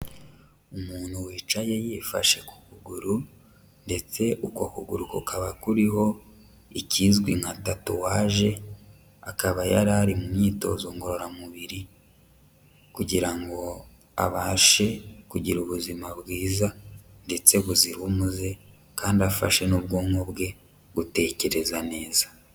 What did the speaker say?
Umuntu wicaye yifashe ku kuguru ndetse uko kuguru kukaba kuriho ikizwi nka tatuwaje, akaba yari ari mu myitozo ngororamubiri kugira ngo abashe kugira ubuzima bwiza ndetse buzira umuze kandi afashe n'ubwonko bwe gutekereza neza.